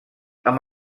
amb